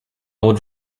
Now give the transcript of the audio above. would